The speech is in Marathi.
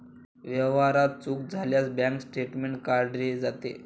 व्यवहारात चूक झाल्यास बँक स्टेटमेंट काढले जाते